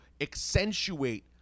accentuate